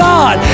God